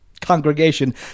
congregation